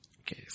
Okay